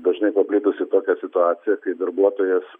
dažnai paplitusi tokia situacija kai darbuotojas